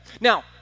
Now